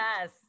yes